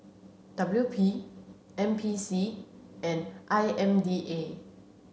W P N P C and I M D A